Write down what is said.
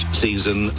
season